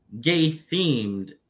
gay-themed